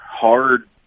hard